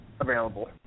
available